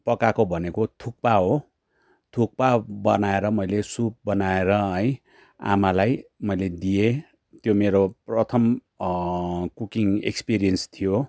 पकाएको भनेको थुक्पा हो थुक्पा बनाएर मैले सुप बनाएर है आमालाई मैले दिएँ त्यो मेरो प्रथम कुकिङ एक्सपिरियन्स थियो